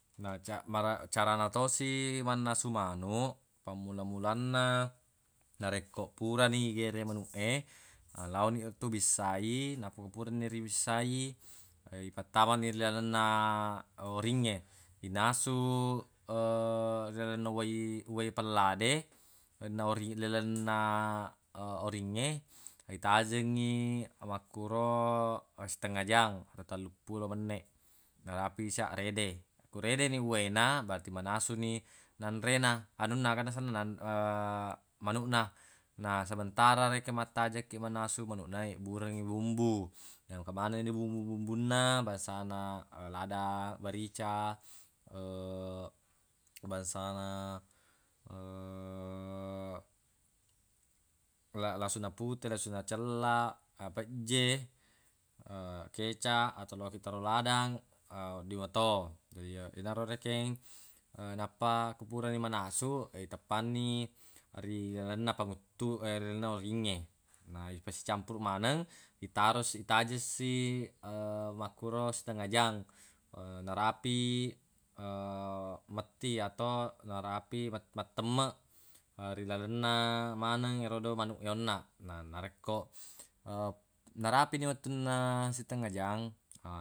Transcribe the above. Na ca- mara- carana tosi mannasu manuq pammula-mulanna narekko purani igere manuq e, laoni tu bissai nappa purani ribissai ipattamani ri lalenna oringnge. Inasu ri lalenna uwai- uwai pellade na ori- ilalenna oringnge itajengngi makkuro estengnga jang atau telluppulo menneq, narapi sia rede. Ko redeni uwaina, berarti manasuni nanrena anunna aga senna manuq na. Na sementara rekeng mattajeng kiq manasu manuq na, yebburengngi bumbu. na ko engka manenni bumbu-bumbunna bangsana ladang, merica, bangsana la- lasuna pute lasuna cella, pejje, kecaq atau lokiq taroi ladang wedding mato. Jadi yenaro rekeng nappa ku purani manasu iteppanni ri lalenna panguttu- ri lalenna oringnge. Na ifasicampuruq maneng itaro- itajeng si makkuro sitengnga jang narapi metti atau narapi mat- mattemmeq ri lalenna maneng erodo manuq e onnaq na narekko narapini wettunna sitengnga jang